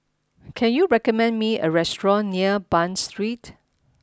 can you recommend me a restaurant near Bain Street